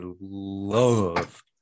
love